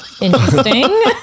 Interesting